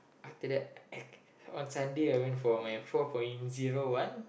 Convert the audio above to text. after that I on Sunday I went for my four point zero one